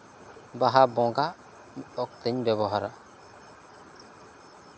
ᱵᱟᱦᱟ ᱵᱚᱸᱜᱟ ᱚᱠᱛᱮᱧ ᱵᱮᱣᱦᱟᱨᱟ